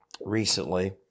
Recently